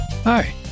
Hi